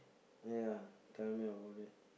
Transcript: ya tell me about it